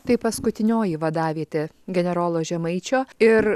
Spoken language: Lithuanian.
tai paskutinioji vadavietė generolo žemaičio ir